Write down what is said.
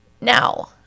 Now